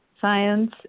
science